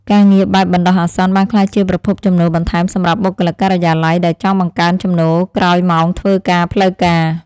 ការងារបែបបណ្ដោះអាសន្នបានក្លាយជាប្រភពចំណូលបន្ថែមសម្រាប់បុគ្គលិកការិយាល័យដែលចង់បង្កើនចំណូលក្រោយម៉ោងធ្វើការផ្លូវការ។